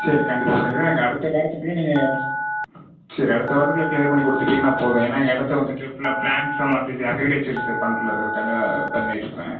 சரி கண்டிப்பாக பண்ணிடுறேன் எனக்கு அடுத்த வாரத்துக்குள்ளே நீங்கள் சரி அடுத்த வாரத்துக்குள்ளே க்ளியர் பண்ணி கொடுத்துட்டீங்கனா போதும் ஏன்னா இடத்த வந்துவிட்டு ஃபுல்லாக ப்லாண்ட்ஸாக மாற்றிட்டு அக்ரிகல்ச்சர்ஸு பண்ணுற பண்ணிட்டுருப்பேன்